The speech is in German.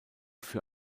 für